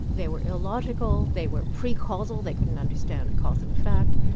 they were illogical, they were pre-causal, they couldn't understand cause and effect,